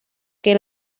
que